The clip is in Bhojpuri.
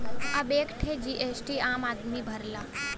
अब एक्के ठे जी.एस.टी आम आदमी भरला